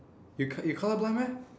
you co~ you colour blind meh